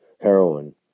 heroin